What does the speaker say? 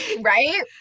Right